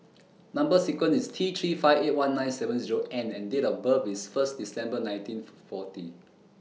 Number sequence IS T three five eight one nine seven Zero N and Date of birth IS First December nineteen forty